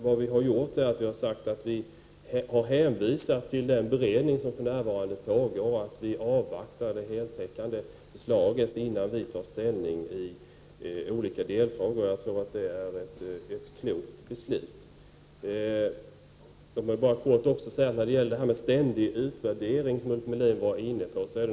Vad vi har gjort är att vi har hänvisat till den beredning som för närvarande pågår och sagt att vi avvaktar det heltäckande förslaget innan vi tar ställning i olika delfrågor. Jag tror att det är ett klokt beslut. Jag vill säga något om detta med ständig utvärdering som Ulf Melin var inne på.